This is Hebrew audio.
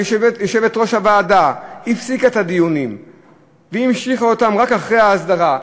יושבת-ראש הוועדה הפסיקה את הדיונים והמשיכה אותם רק אחרי ההסדרה,